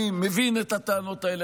אני מבין את הטענות האלה.